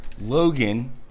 Logan